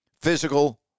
physical